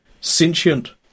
sentient